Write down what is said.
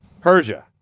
Persia